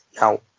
now